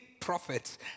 prophets